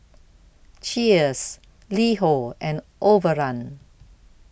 Cheers LiHo and Overrun